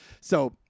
So-